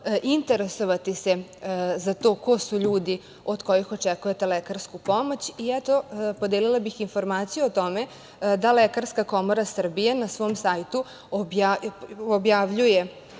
interesovati se za to ko su ljudi od kojih očekujete lekarsku pomoć. Podelila bih informaciju o tome da Lekarska komora Srbije na svoj sajtu objavljuje